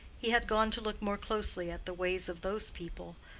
he had gone to look more closely at the ways of those people,